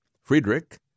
Friedrich